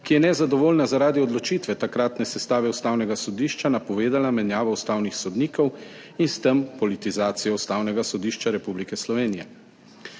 ki je, nezadovoljna zaradi odločitve takratne sestave Ustavnega sodišča, napovedala menjavo ustavnih sodnikov in s tem politizacijo Ustavnega sodišča Republike Slovenije.